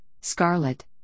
Scarlet